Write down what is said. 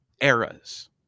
eras